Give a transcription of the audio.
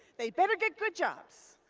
they better get good jobs.